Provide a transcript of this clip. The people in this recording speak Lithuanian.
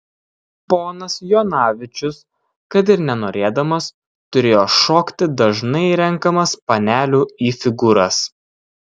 ponas jonavičius kad ir nenorėdamas turėjo šokti dažnai renkamas panelių į figūras